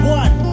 one